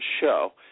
show